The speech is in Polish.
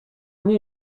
nie